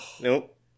Nope